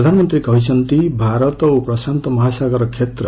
ପ୍ରଧାନମନ୍ତ୍ରୀ କହିଛନ୍ତି ଭାରତ ଓ ପ୍ରଶାନ୍ତ ମହାସାଗର କ୍ଷେତ୍ର